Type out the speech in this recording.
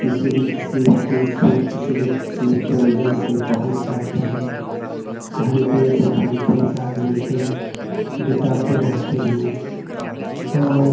किसी न किसी उद्देश्य से किसी न किसी प्रयोजन से पहुँच जाते हैं घंटे दो घंटे चार घंटे बिताते रहते हैं और